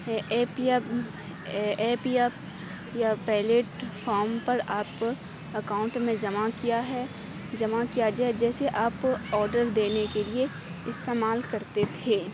a P app A P app یا wallet form پر آپ اکاونٹ میں جمع کیا ہے جمع کیا جائے جیسے آپ آڈر دینے کے لیے استعمال کرتے تھے